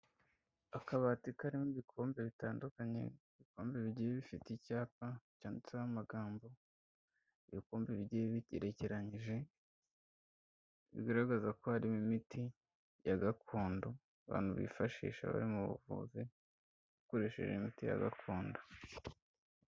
Akabati karimo ibikombe bitandukanye, ibikombe bigiye bifite icyapa cyanditseho amagambo, ibikombe bigiye bigerekeranyije bigaragaza ko harimo imiti ya gakondo, abantu bifashisha bari mu buvuzi, bakoresheje imiti ya gakondo.